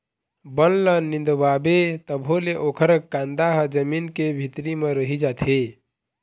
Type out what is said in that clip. बन ल निंदवाबे तभो ले ओखर कांदा ह जमीन के भीतरी म रहि जाथे